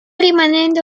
rimanendo